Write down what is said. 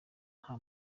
nta